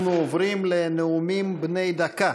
עוברים לנאומים בני דקה.